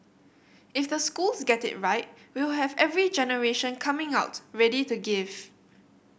if the schools get it right we will have every generation coming out ready to give